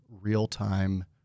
real-time